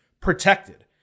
protected